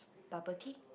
bubble tea